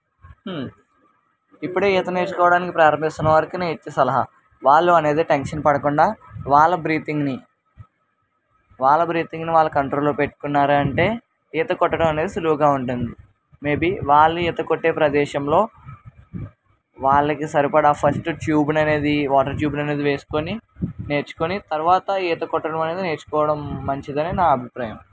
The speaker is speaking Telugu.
ఇప్పుడే ఈత నేర్చుకోవడానికి ప్రారంభిస్తున్న వారికి నేను ఇచ్చే సలహా వాళ్ళు అనేది టెన్షన్ పడకుండా వాళ్ళ బ్రీతింగ్ని వాళ్ళ బ్రీతింగ్ని వాళ్ళు కంట్రోల్లో పెట్టుకున్నారు అంటే ఈత కొట్టడం అనేది సులువుగా ఉంటుంది మేబి వాళ్ళు ఈత కొట్టే ప్రదేశంలో వాళ్ళకి సరిపడా ఫస్ట్ ట్యూబ్లు అనేది వాళ్ళు ట్యూబ్లు అనేది వేసుకుని నేర్చుకుని తర్వాత ఈత కొట్టడం అనేది నేర్చుకోవడం మంచిదని నా అభిప్రాయం